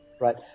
Right